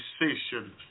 decision